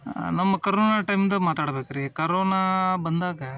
ನಮ್ಮ ಕರೋನ ಟೈಮ್ದು ಮಾತಾಡ್ಬೇಕು ರೀ ಕರೋನಾ ಬಂದಾಗ